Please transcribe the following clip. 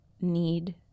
need